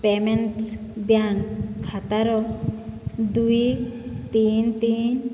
payments bank ଖାତାର ଦୁଇ ତିନି ତିନି